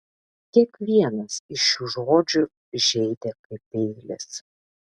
kiekvienas iš šių žodžių žeidė kaip peilis